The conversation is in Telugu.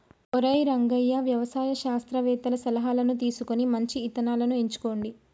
ఒరై రంగయ్య వ్యవసాయ శాస్త్రవేతల సలహాను తీసుకొని మంచి ఇత్తనాలను ఎంచుకోండి